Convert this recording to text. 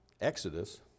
exodus